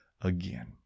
again